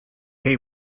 hay